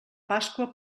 pasqua